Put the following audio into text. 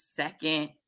second